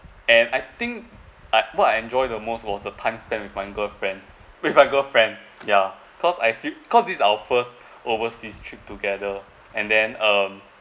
and I think I what I enjoy the most was the time spent with my girlfriends with my girlfriend ya cause I feel cause this is our first overseas trip together and then um